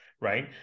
right